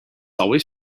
always